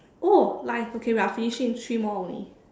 oh nice okay we are finishing three more only